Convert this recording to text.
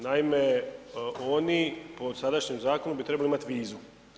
Naime, oni po sadašnjem zakonu bi trebali imat vizu.